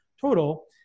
total